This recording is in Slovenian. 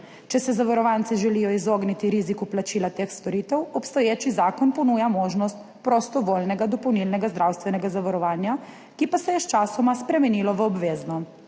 Če se zavarovanci želijo izogniti riziku plačila teh storitev, obstoječi zakon ponuja možnost prostovoljnega dopolnilnega zdravstvenega zavarovanja, ki pa se je sčasoma spremenilo v obvezno.